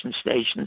stations